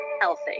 healthy